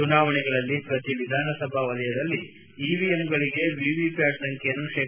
ಚುನಾವಣೆಗಳಲ್ಲಿ ಶ್ರತಿ ವಿಧಾನಸಭಾ ವಲಯದಲ್ಲಿ ಇವಿಎಂಗಳಿಗೆ ವಿವಿ ಪ್ಟಾಟ್ ಸಂಚ್ಚೆಯನ್ನು ಶೇ